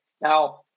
Now